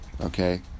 Okay